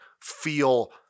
feel